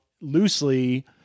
loosely